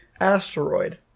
Asteroid